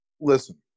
Listen